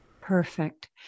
Perfect